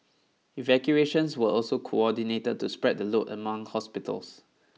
evacuations were also coordinated to spread the load among hospitals